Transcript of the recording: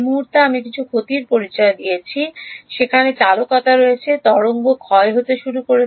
যে মুহুর্তে আমি কিছু ক্ষতির পরিচয় দিয়েছি সেখানে চালকতা রয়েছে তরঙ্গ ক্ষয় হতে শুরু করে